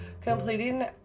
completing